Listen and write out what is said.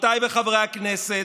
חברותיי וחברי הכנסת,